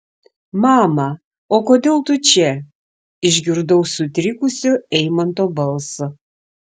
mama o kodėl tu čia išgirdau sutrikusio eimanto balsą